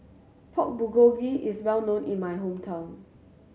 Pork Bulgogi is well known in my hometown